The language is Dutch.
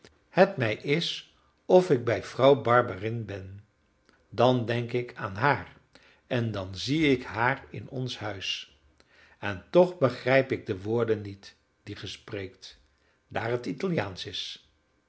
het mij is of ik bij vrouw barberin ben dan denk ik aan haar en dan zie ik haar in ons huis en toch begrijp ik de woorden niet die ge spreekt daar het italiaansch is